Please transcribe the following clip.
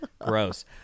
gross